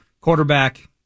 quarterback